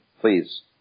please